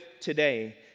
today